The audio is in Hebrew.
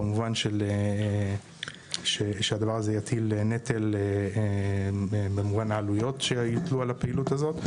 במובן שזה יטיל נטל מבחינת העלויות שיוטלו על הפעילות הזאת.